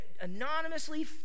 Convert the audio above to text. anonymously